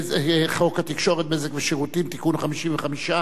התקשורת (בזק ושידורים) (תיקון מס' 55)